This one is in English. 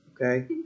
Okay